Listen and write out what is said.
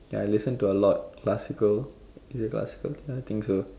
ya I listen to a lot of classical is it classical ya I think so